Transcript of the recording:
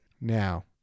Now